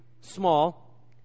small